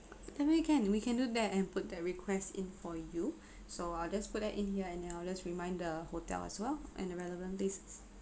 definitely can we can do that and put that request in for you so I'll just put that in here and I'll just remind the hotel as well and the relevant places